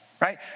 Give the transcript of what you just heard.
right